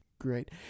Great